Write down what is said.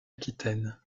aquitaine